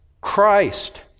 Christ—